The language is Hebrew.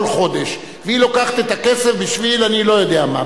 חודש והיא לוקחת את הכסף בשביל אני לא-יודע-מה,